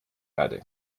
erde